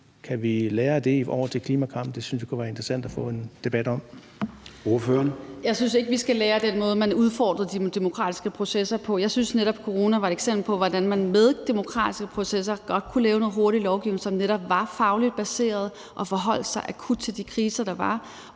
Kan vi lære af det i forhold til klimakampen? Det synes jeg kunne være interessant at få en debat om.